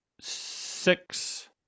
six